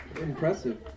Impressive